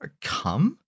come